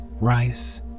rice